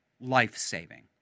life-saving